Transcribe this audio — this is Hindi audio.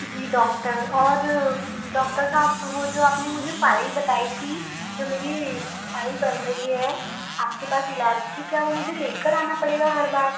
जी डॉक्टर और डॉक्टर साहब वो जो आपने मुझे फ़ाइल बताई थी जो मेरी फ़ाइल बन रही है आपके पास इलाज़ की क्या वो मुझे लेकर आना पड़ेगा हर बार